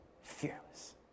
Fearless